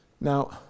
Now